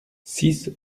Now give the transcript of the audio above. six